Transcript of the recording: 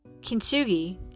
Kintsugi